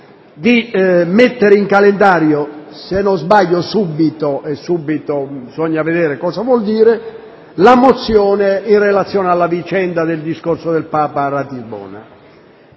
di mettere in calendario, se non sbaglio subito (ma "subito" bisogna vedere cosa vuol dire), la mozione relativa alla vicenda del discorso del Papa a Ratisbona.